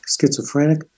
schizophrenic